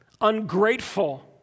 ungrateful